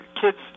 kids